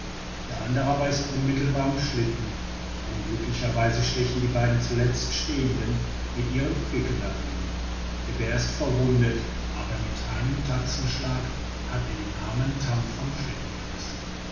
der andere aber ist unmittelbar am schlitten unglücklicherweise stechen die beiden zuletzt stehenden mit ihren picken nach ihm der bär ist verwundet aber mit einem tatzenschlag hat er den armen tam vom schlitten gerissen